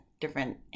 different